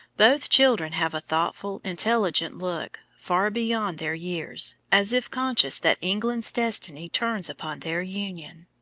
both children have a thoughtful, intelligent look, far beyond their years, as if conscious that england's destiny turns upon their union.